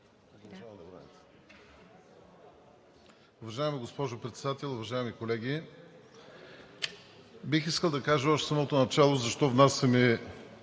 Уважаема госпожо Председател, уважаеми колеги! Бих искал да кажа още в самото начало защо внасяме